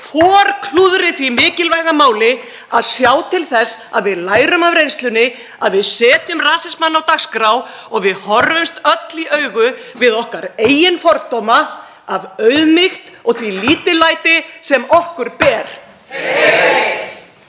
klúðri því mikilvæga máli að sjá til þess að við lærum af reynslunni, að við setjum rasismann á dagskrá og við horfumst öll í augu við okkar eigin fordóma af auðmýkt og því lítillæti sem okkur ber.